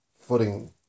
footing